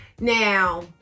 Now